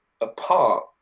apart